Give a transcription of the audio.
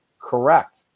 correct